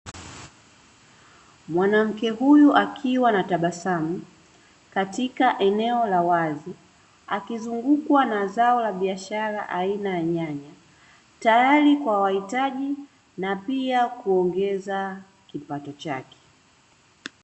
Mwanamke huyu akiwa na tabasamu katika eneo la wazi, akizungukwa na zao la biashara aina ya nyanya, tayari kwa wahitaji na pia kuongeza kipato chake.